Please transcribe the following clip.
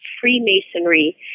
Freemasonry